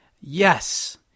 Yes